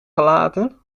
gelaten